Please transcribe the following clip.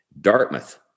Dartmouth